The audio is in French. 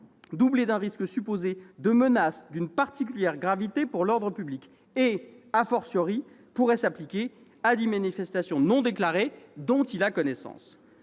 doublés d'un risque supposé de « menace d'une particulière gravité pour l'ordre public » et,, pourrait s'appliquer à des manifestations non déclarées « dont [le représentant